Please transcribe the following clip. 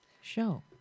show